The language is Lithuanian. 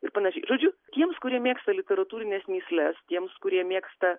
ir panašiai žodžiu tiems kurie mėgsta literatūrines mįsles tiems kurie mėgsta